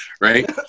right